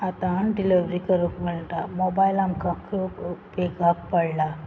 आतां डिलेवरी करूक मेळटा मोबायल आमकां खूब उपेगाक पडला